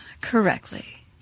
correctly